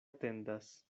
atendas